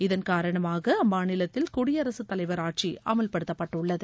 இதன் காரணமாக அம்மாநிலத்தில் குடியரசு தலைவர் ஆட்சி அமல்படுத்தப்பட்டுள்ளது